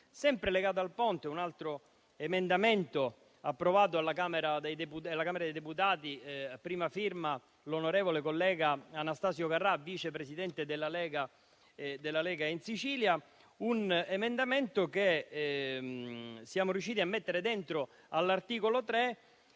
vorrei ricordare un altro emendamento approvato alla Camera dei deputati, a prima firma dell'onorevole collega Anastasio Carrà, vice presidente della Lega in Sicilia: un emendamento che siamo riusciti a inserire all'articolo 3,